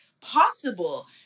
possible